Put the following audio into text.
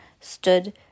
stood